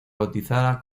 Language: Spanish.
bautizada